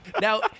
Now